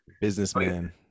Businessman